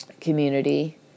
community